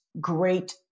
great